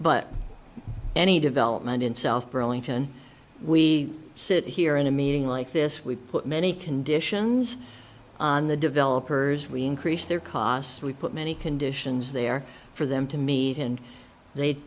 but any development in south burlington we sit here in a meeting like this we put many conditions on the developers we increase their costs we put many conditions there for them to meet and they